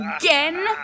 again